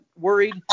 worried